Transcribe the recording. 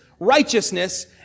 righteousness